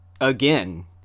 again